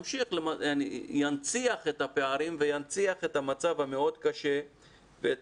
זה ינציח את הפערים וינציח את המצב המאוד קשה ואת